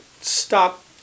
stop